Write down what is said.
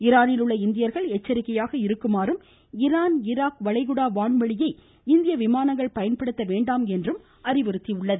ஈரானில் உள்ள இந்தியர்கள் எச்சரிக்கையாக இருக்குமாறும் ஈரான் ஈராக் வளைகுடா வான்வழியை இந்திய விமானங்கள் பயன்படுத்த வேண்டாம் என்றும் அறிவுறுத்தியுள்ளது